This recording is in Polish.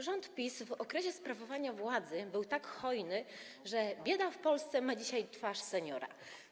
Rząd PiS w okresie sprawowania władzy był tak hojny, że bieda w Polsce ma dzisiaj twarz seniora.